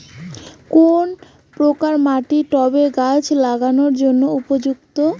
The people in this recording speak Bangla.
কোন প্রকার মাটি টবে গাছ লাগানোর জন্য উপযুক্ত?